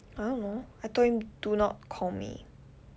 I don't know I told him do not call me